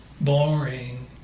Boring